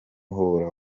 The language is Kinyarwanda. muhora